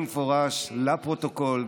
במפורש לפרוטוקול,